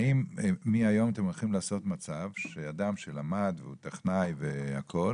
האם מהיום אתם הולכים לעשות מצב שאדם שלמד והוא טכנאי והכל,